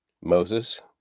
Moses